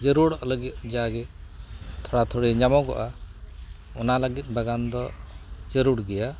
ᱡᱟᱹᱲᱩᱲᱚᱜ ᱞᱟᱹᱜᱤᱫ ᱡᱟᱜᱮ ᱛᱷᱚᱲᱟ ᱛᱷᱩᱲᱤ ᱧᱟᱢᱚᱜᱚᱼᱟ ᱚᱱᱟ ᱞᱟᱹᱜᱤᱫ ᱵᱟᱜᱟᱱ ᱫᱚ ᱡᱟᱹᱲᱩᱲ ᱜᱮᱭᱟ